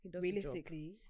realistically